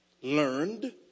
Learned